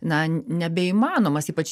na nebeįmanomas ypač